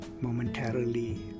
momentarily